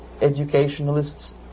educationalists